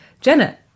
Jenna